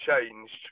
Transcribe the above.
changed